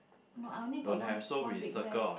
no I only got one one big bear